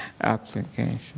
Application